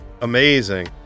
Amazing